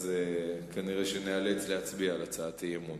כנראה שניאלץ להצביע על הצעת האי-אמון.